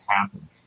happen